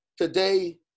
Today